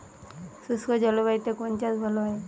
শুষ্ক জলবায়ুতে কোন চাষ ভালো হয়?